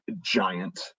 giant